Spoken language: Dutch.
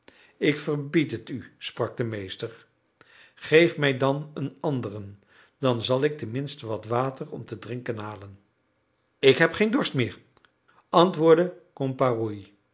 ik verbied het u sprak de meester geef mij dan een anderen dan zal ik tenminste wat water om te drinken halen ik heb geen dorst meer antwoordde